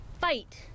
fight